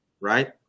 right